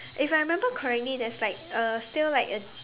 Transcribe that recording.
if I remember correctly that's like uh still like a